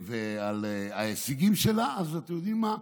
ועל ההישגים שלה, אז אתם יודעים מה?